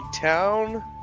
town